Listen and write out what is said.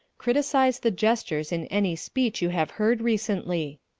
criticise the gestures in any speech you have heard recently.